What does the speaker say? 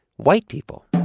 white people